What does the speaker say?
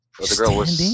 Standing